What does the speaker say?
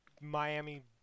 Miami